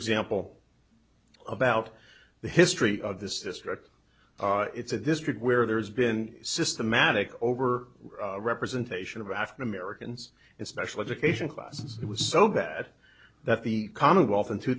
example about the history of this district it's a district where there has been systematic over representation of african americans and special education classes it was so bad that the commonwealth in two